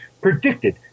predicted